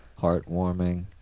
heartwarming